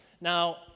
Now